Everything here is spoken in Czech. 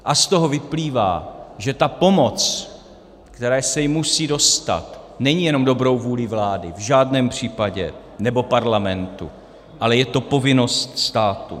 A z toho vyplývá, že ta pomoc, které se jim musí dostat, není jenom dobrou vůlí vlády, v žádném případě, nebo Parlamentu, ale je to povinnost státu.